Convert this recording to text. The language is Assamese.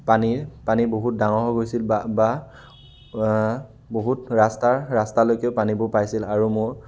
পানীৰ পানী বহুত ডাঙৰ হৈ গৈছিল বা বা বহুত ৰাস্তাৰ ৰাস্তালৈকে পানীবোৰ পাইছিল আৰু মোৰ